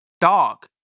dog